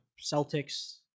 Celtics